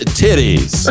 titties